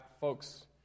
folks